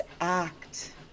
act